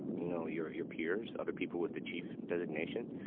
you know, your your peers, other people with the chief and designation,